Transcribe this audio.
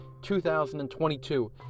2022